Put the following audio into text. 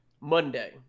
Monday